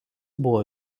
buvo